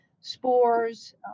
spores